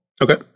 Okay